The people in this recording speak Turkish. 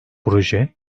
proje